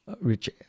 rich